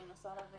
אני מנסה להבין.